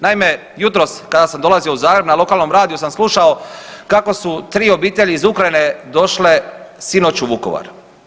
Naime, jutros kada sam dolazio u Zagreb na lokalnom radiju sam slušao kako su 3 obitelji iz Ukrajine došle sinoć u Vukovar.